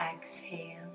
exhale